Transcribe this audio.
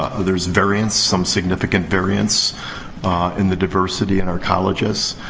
ah there's variance, some significant variance in the diversity in our colleges.